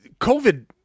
COVID